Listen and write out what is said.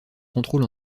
contrôle